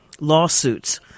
lawsuits